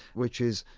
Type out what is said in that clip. which is,